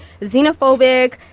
xenophobic